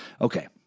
Okay